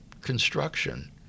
construction